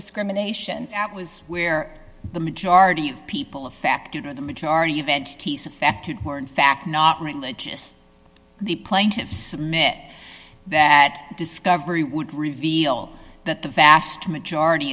discrimination that was where the majority of people affected or the majority event of fact were in fact not religious the plaintiffs submit that discovery would reveal that the vast majority